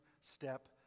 step